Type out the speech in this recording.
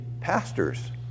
pastors